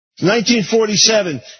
1947